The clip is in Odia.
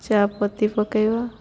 ଚା ପତି ପକେଇବା